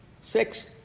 six